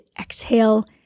exhale